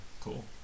Cool